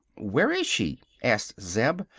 where is she? asked zeb,